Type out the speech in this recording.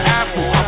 apple